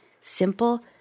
Simple